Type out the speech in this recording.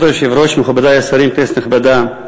כבוד היושב-ראש, מכובדי השרים, כנסת נכבדה,